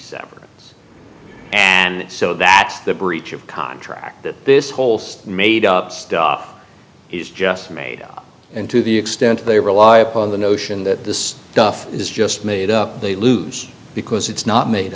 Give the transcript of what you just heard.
severance and so that's the breach of contract that this whole state made up stuff he's just made up and to the extent they rely upon the notion that this stuff is just made up they lose because it's not made